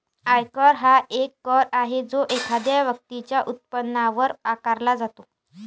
आयकर हा एक कर आहे जो एखाद्या व्यक्तीच्या उत्पन्नावर आकारला जातो